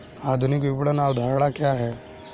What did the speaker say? आधुनिक विपणन अवधारणा क्या है?